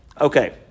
Okay